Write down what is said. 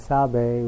Sabe